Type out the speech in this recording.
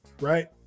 right